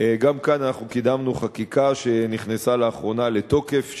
גם כאן קידמנו חקיקה שנכנסה לאחרונה לתוקף,